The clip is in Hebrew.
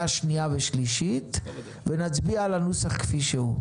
הקריאה השנייה והשלישית ונצביע על הנוסח כפי שהוא.